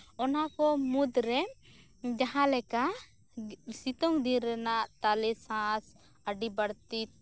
ᱚᱱᱟᱠᱚ ᱢᱩᱫᱽᱨᱮ ᱡᱟᱦᱟᱸ ᱞᱮᱠᱟ ᱥᱤᱛᱩᱝ ᱫᱤᱱᱨᱮᱱᱟᱜ ᱛᱟᱞᱮ ᱥᱟᱸᱥ ᱟᱹᱰᱤ ᱵᱟᱹᱲᱛᱤ